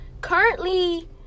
currently